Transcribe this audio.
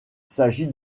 s’agit